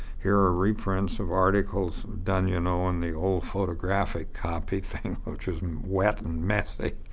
here are reprints of articles. done, you know, in the old photographic copy thing, which was wet and messy.